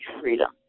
freedom